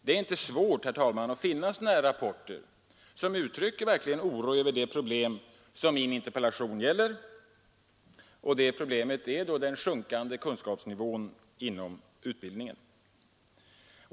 Det är inte svårt, herr talman, att finna sådana rapporter som uttrycker stor oro över det problem som min 25 interpellation närmast gäller, nämligen den sjunkande kunskapsnivån inom utbildningen.